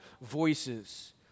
voices